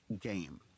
game